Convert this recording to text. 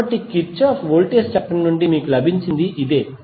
కాబట్టి Kirchhoff voltage చట్టం నుండి మీకు లభించినది ఇదే